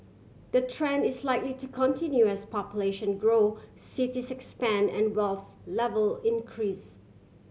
the trend is likely to continue as population grow cities expand and wealth level increase